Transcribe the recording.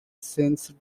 since